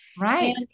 right